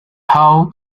how